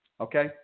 okay